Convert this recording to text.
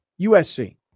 USC